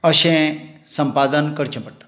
अशें संपादन करचें पडटा